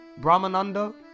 Brahmananda